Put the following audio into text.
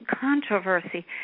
controversy